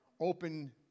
open